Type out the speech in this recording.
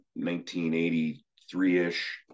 1983-ish